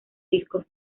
discos